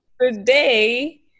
today